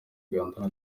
uganda